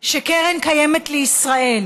שקרן קיימת לישראל